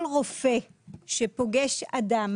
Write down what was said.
כל רופא שפוגש אדם,